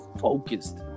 focused